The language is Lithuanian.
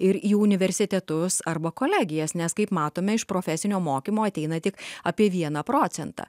ir į universitetus arba kolegijas nes kaip matome iš profesinio mokymo ateina tik apie vieną procentą